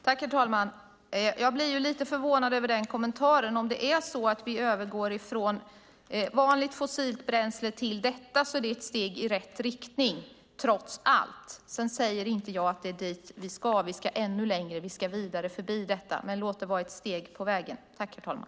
Herr talman! Jag blir lite förvånad över den kommentaren. Om det är så att vi övergår från vanligt fossilt bränsle till detta är det trots allt ett steg i rätt riktning. Jag säger inte att det är dit vi ska. Vi ska ännu längre. Vi ska vidare förbi detta. Men låt det vara ett steg på vägen.